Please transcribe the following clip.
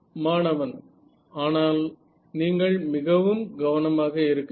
மாணவன் ஆனால் நீங்கள் மிகவும் கவனமாக இருக்க வேண்டும்